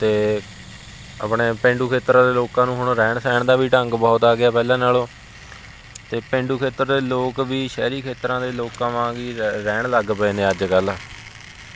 ਅਤੇ ਆਪਣੇ ਪੇਂਡੂ ਖੇਤਰ ਦੇ ਲੋਕਾਂ ਨੂੰ ਹੁਣ ਰਹਿਣ ਸਹਿਣ ਦਾ ਵੀ ਢੰਗ ਬਹੁਤ ਆ ਗਿਆ ਪਹਿਲਾਂ ਨਾਲੋਂ ਤੇ ਪੇਂਡੂ ਖੇਤਰ ਦੇ ਲੋਕ ਵੀ ਸ਼ਹਿਰੀ ਖੇਤਰਾਂ ਦੇ ਲੋਕਾਂ ਵਾਂਗ ਹੀ ਰ ਰਹਿਣ ਲੱਗ ਪਏ ਨੇ ਅੱਜ ਕੱਲ੍ਹ